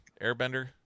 airbender